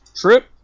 trip